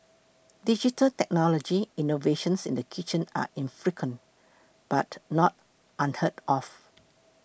digital technology innovations in the kitchen are infrequent but not unheard of